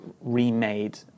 remade